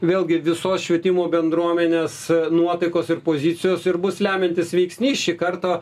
vėlgi visos švietimo bendruomenės nuotaikos ir pozicijos ir bus lemiantis veiksnys šį kartą